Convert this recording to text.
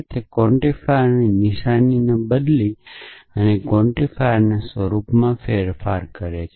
તે ક્વોન્ટિફાયરની નિશાનીને બદલીને ક્વોન્ટિફાયરના સ્વરૂપમાં ફેરફાર કરે છે